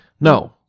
No